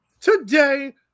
Today